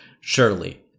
Surely